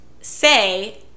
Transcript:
say